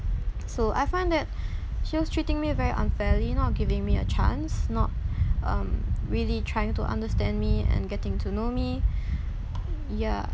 so I find that she was treating me very unfairly not giving me a chance not um really trying to understand me and getting to know me ya